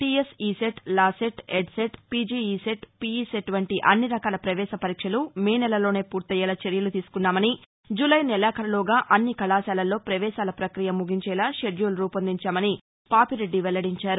TS ECET LAWCET EdCET PGECET PECET వంటి అన్ని రకాల ప్రవేశపరీక్షలు మే నెలలోనే పూర్తయ్యేలా చర్యలు తీసుకున్నామని జూలై నెలాఖరులోగా అన్ని కళాశాలల్లో ప్రపేశాల పక్రియ ముగించేలా షెడ్యూల్ రూపొందించామని పాపిరెడ్డి వెల్లడించారు